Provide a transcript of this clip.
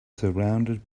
surrounded